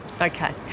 Okay